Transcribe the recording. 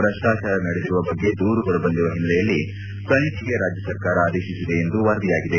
ಭ್ರಷ್ಟಾಚಾರ ನಡೆದಿರುವ ಬಗ್ಗೆ ದೂರುಗಳು ಬಂದಿರುವ ಹಿನ್ನೆಲೆಯಲ್ಲಿ ತನಿಖೆಗೆ ರಾಜ್ಯ ಸರ್ಕಾರ ಆದೇಶಿಸಿದೆ ಎಂದು ವರದಿಯಾಗಿದೆ